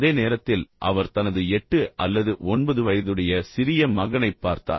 அதே நேரத்தில் அவர் தனது எட்டு அல்லது ஒன்பது வயதுடைய சிறிய மகனைப் பார்த்தார்